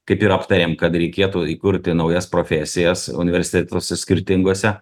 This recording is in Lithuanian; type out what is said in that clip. kaip ir aptarėm kad reikėtų įkurti naujas profesijas universitetuose skirtinguose